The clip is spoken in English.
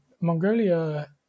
Mongolia